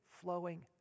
flowing